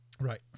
right